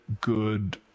good